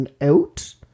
out